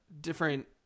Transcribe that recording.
different